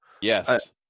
Yes